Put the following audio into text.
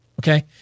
Okay